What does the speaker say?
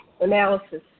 analysis